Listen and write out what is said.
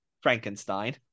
Frankenstein